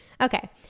Okay